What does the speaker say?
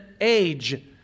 age